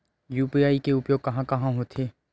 UPI के उपयोग कहां कहा होथे?